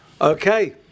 Okay